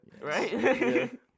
Right